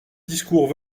discours